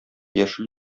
яшел